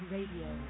Radio